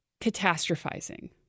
catastrophizing